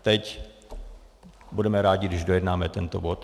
Teď budeme rádi, když dojednáme tento bod.